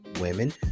women